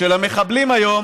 שלמחבלים היום